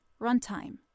Runtime